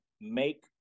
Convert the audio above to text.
make